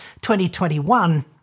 2021